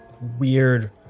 weird